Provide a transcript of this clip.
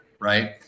right